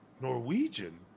Norwegian